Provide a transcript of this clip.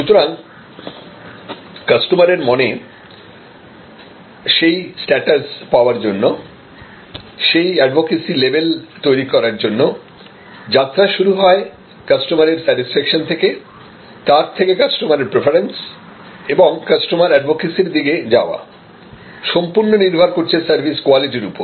সুতরাং কাস্টমারের মনে সেই স্ট্যাটাস পাওয়ার জন্য সেই এডভোকেসি লেভেল তৈরি করার জন্য যাত্রা শুরু হয় কাস্টমারের স্যাটিসফেকশন থেকে তার থেকে কাস্টমারের প্রেফারেন্স এবং কাস্টমার এডভোকেসির দিকে যাওয়া সম্পূর্ণ নির্ভর করছে সার্ভিস কোয়ালিটির উপরে